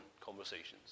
conversations